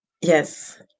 yes